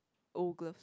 old glove